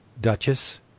duchess